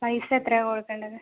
പൈസ എത്രയാണ് കൊടുക്കണ്ടത്